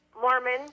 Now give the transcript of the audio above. Mormon